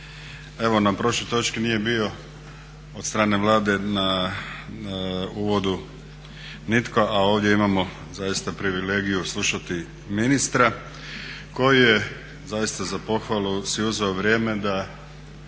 na prošloj točki nije bio od strane Vlade na uvodu nitko, a ovdje imamo zaista privilegiju slušati ministra koji je zaista za pohvalu si uzeo vrijeme da